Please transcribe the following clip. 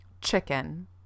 chicken